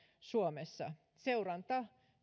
suomessa seuranta